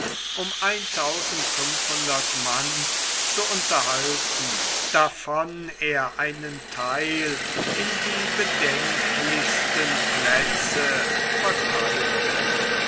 um fünfzehnhundert mann zu unterhalten davon er einen theil in die bedenklichsten plätze verteilte